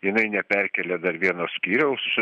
jinai neperkėlė dar vieno skyriaus